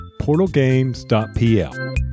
portalgames.pl